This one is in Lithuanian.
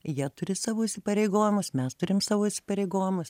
jie turi savo įsipareigojimus mes turim savo įsipareigojimus